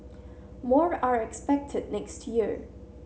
more are expected next year